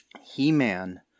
He-Man